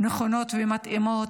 נכונות ומתאימות,